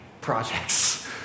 projects